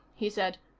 he said.